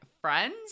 friends